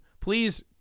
Please